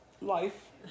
life